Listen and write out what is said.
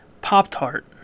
Pop-Tart